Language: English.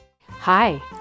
Hi